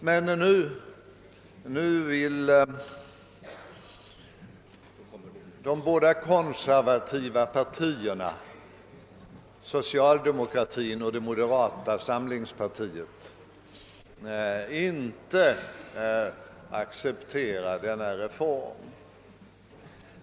Men nu vill de båda konservativa partierna — socialdemokraterna och moderata samlingspartiet — inte acceptera denna reform.